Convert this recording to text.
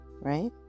right